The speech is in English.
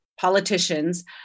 politicians